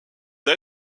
des